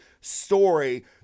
story